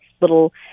little